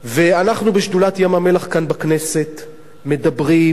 ואנחנו, בשדולת ים-המלח כאן בכנסת, מדברים,